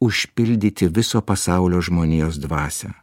užpildyti viso pasaulio žmonijos dvasią